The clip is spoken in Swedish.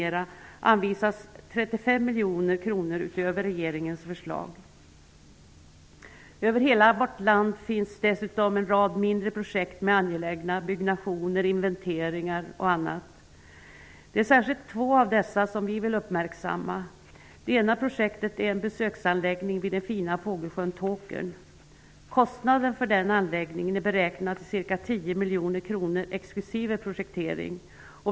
Över hela vårt land finns dessutom en rad mindre projekt med angelägna byggnationer, inventeringar m.m. Det är särskilt två av dessa som vi vill uppmärksamma. Det ena projektet är en besöksanläggning vid den fina fågelsjön Tåkern. Kostnaden för denna anläggning är beräknad till cirka 10 miljoner kronor exklusive projektering.